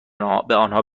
آنان